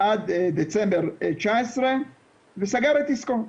עד דצמבר 2019 וסגר את עסקו.